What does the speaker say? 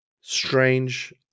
strange